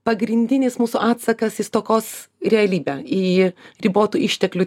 pagrindinis mūsų atsakas į stokos realybę į ribotų išteklių